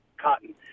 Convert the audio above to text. Cotton